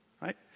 Right